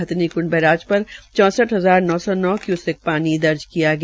Hathnikund barrage पर चौंसठ हजार नौ सौ क्यूसेक पानी दर्ज किया गया